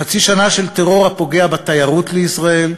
חצי שנה של טרור הפוגע בתיירות לישראל,